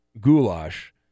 goulash